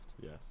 Yes